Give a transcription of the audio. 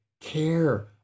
care